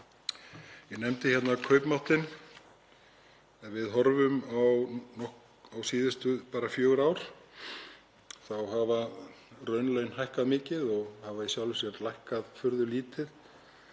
Ég nefndi hérna kaupmáttinn. Ef við horfum á síðustu fjögur ár þá hafa raunlaun hækkað mikið og hafa í sjálfu sér lækkað furðulítið